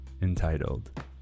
entitled